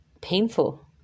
painful